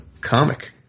comic